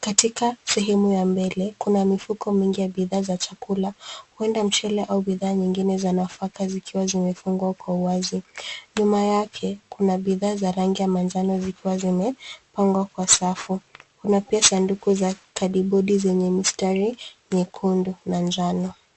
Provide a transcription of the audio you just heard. Katika sehemu ya mbele kuna mifuko mingi ya bidhaa za chakula huenda mchele au bidhaa nyingine za nafaka zikiwa zimefungwa kwa wazi. Nyuma yake kuna bidhaa za rangi ya manjano zikiwa zimepangwa kwa safu. Kuna pia sanduku za kadibodi zenye mistari nyekundu na njano.